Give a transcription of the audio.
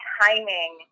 timing